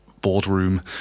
Boardroom